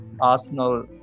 Arsenal